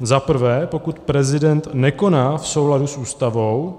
Za prvé, pokud prezident nekoná v souladu s Ústavou,